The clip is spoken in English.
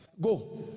go